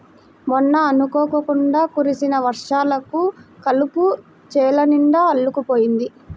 మొన్న అనుకోకుండా కురిసిన వర్షాలకు కలుపు చేలనిండా అల్లుకుపోయింది